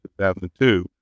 2002